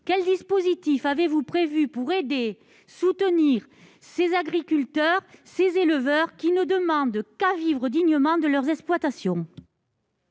Quel dispositif avez-vous prévu pour aider, soutenir ces agriculteurs et ces éleveurs qui ne demandent qu'à vivre dignement de leurs exploitations ?